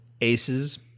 aces